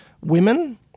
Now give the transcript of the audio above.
Women